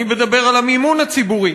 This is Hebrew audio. אני מדבר על המימון הציבורי.